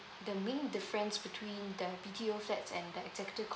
the main difference between the B_T_O flats and the executive